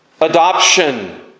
adoption